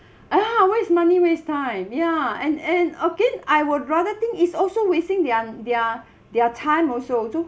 ah waste money waste time ya and and again I would rather think is also wasting their their their time also so